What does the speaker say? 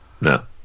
No